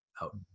out